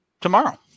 tomorrow